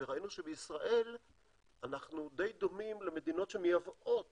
ראינו שבישראל אנחנו די דומים למדינות שמייבאות